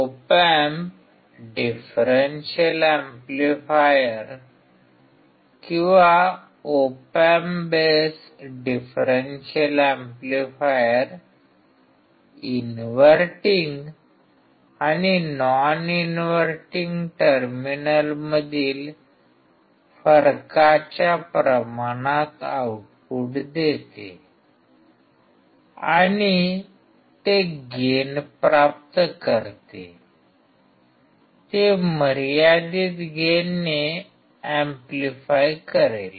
op amp differential amplifier किंवा op amp base differential amplifier inverting आणि non inverting टर्मिनलमधील फरकाच्या प्रमाणात आऊटपुट देते आणि ते गेन प्राप्त करते ते मर्यादित गेनने एम्प्लिफाय करेल